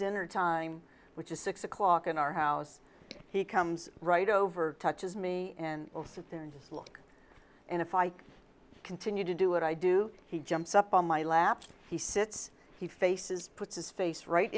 dinner time which is six o'clock in our house he comes right over touches me and will sit there and just look and if i continue to do what i do he jumps up on my lap so he sits he faces puts his face right